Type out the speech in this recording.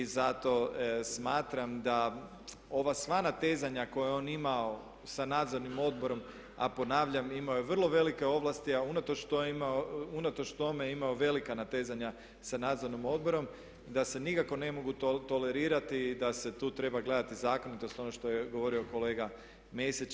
Zato smatram da ova sva natezanja koja je on imao sa nadzornim odborom a ponavljam imao je vrlo velike ovlasti, a unatoč tome je imao velika natezanja sa nadzornim odborom, da se nikako ne mogu tolerirati i da se tu treba gledati zakonitost ono što je govorio kolega Mesić.